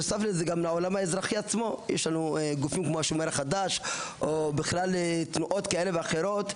3. שיתוף פעולה עם ארגונים כמו ׳השומר החדש׳ ותנועות כאלו ואחרות,